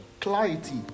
Clarity